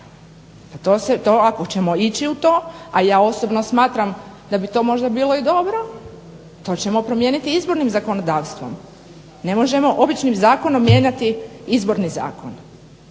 Ako ćemo ići u to, a ja osobno smatram da bi to možda i bilo dobro to ćemo promijeniti izbornim zakonodavstvom. Ne možemo običnim zakonom mijenjati izborni zakon